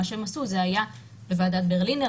מה שהם עשו זה היה בוועדת ברלינר,